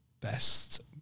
best